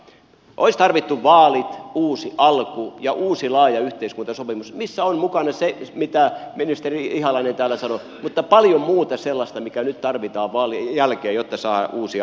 olisi tarvittu vaalit uusi alku ja uusi laaja yhteiskuntasopimus missä on mukana se mitä ministeri ihalainen täällä sanoi ja paljon muuta sellaista mitä nyt tarvitaan vaalien jälkeen jotta saadaan uusi alku